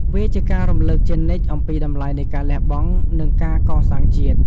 វាជាការរំលឹកជានិច្ចអំពីតម្លៃនៃការលះបង់ និងការកសាងជាតិ។